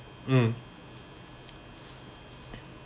mm